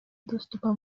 доступа